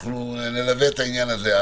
נלווה את העניין הזה.